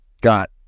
got